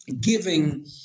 giving